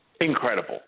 incredible